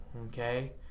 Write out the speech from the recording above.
okay